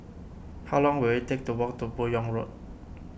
how long will it take to walk to Buyong Road